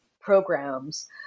programs